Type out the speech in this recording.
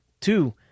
two